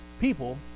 people